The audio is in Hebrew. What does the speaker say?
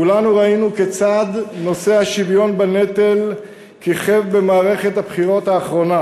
כולנו ראינו כיצד נושא השוויון בנטל כיכב במערכת הבחירות האחרונה,